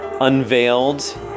unveiled